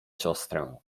siostrę